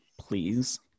Please